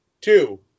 two